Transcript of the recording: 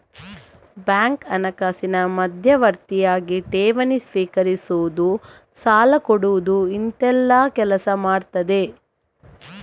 bank ಹಣಕಾಸಿನ ಮಧ್ಯವರ್ತಿಯಾಗಿ ಠೇವಣಿ ಸ್ವೀಕರಿಸುದು, ಸಾಲ ಕೊಡುದು ಇಂತೆಲ್ಲ ಕೆಲಸ ಮಾಡ್ತದೆ